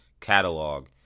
catalog